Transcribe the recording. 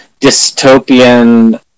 dystopian